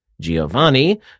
Giovanni